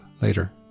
later